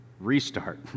Restart